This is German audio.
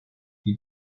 die